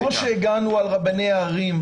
כמו שהגנו על רבני ערים,